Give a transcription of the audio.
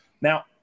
Now